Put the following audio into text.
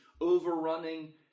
overrunning